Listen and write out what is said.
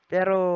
Pero